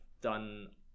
done